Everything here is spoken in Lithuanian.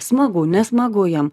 smagu nesmagu jiem